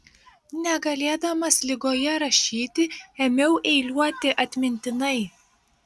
negalėdamas ligoje rašyti ėmiau eiliuoti atmintinai